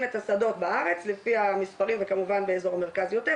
את השדות בארץ לפי המספרים וכמובן לאזור מרכז יותר,